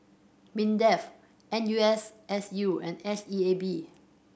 MINDEF N U S S U and S E A B